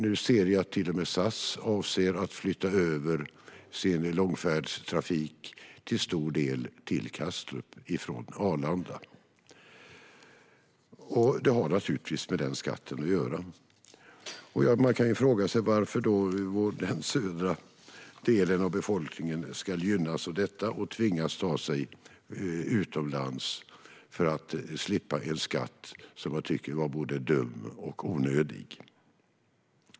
Jag har noterat att till och med SAS avser att flytta en stor del av sin långfärdstrafik från Arlanda till Kastrup. Det har naturligtvis med skatten att göra. Man kan fråga sig varför den södra delen av befolkningen ska gynnas av detta genom att kunna ta sig utomlands och därmed slippa en skatt, som jag tycker är både dum och onödig.